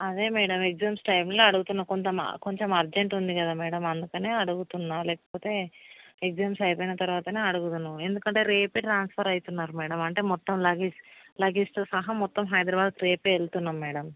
అదే madam exams టైమ్లో అడుగుతున్నా కొంచెం అ కొంచెం అర్జెంట్ ఉంది కదా మేడం అందుకనే అడుగుతున్నాం లేకపోతే ఎగ్జామ్స్ అయిపోయిన తరువాతనే అడుగుదును ఎందుకంటే రేపే ట్రాన్స్ఫర్ రేపే అవుతున్నారు అంటే మొత్తం లగేజ్ లగేజ్తో సహా మొత్తం హైదరాబాద్ రేపే వెళ్తున్నాం మ్యాడం